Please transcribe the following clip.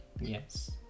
Yes